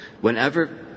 whenever